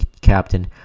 captain